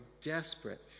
desperate